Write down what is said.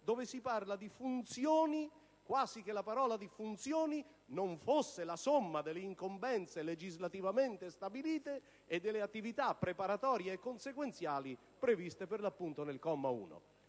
cui si parla di funzioni, quasi che la parola stessa non fosse la somma delle incombenze legislativamente stabilite e delle attività preparatorie e consequenziali previste al comma 1.